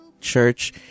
Church